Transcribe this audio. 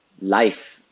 life